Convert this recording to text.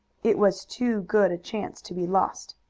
it was too good a chance to be lost.